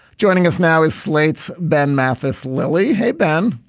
joining us now is slate's ben mathis. lily hey ben.